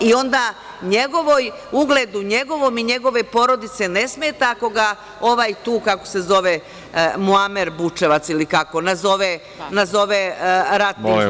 I onda ugledu njegovom i njegove porodice ne smeta ako ga ovaj tu, kako se zove, Muamer Bučevac, ili kako, nazove ratnim zločincem.